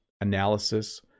analysis